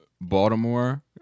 Baltimore